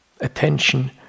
attention